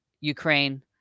ukraine